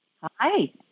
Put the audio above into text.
Hi